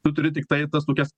turi tiktai tas tokias